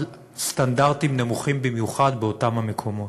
על סטנדרטים נמוכים במיוחד באותם המקומות.